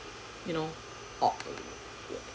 you know